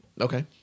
Okay